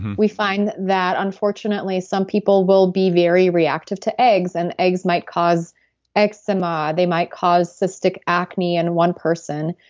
we find that, unfortunately, some people will be very reactive to eggs, eggs, and eggs might cause eczema. they might cause cystic acne in one person.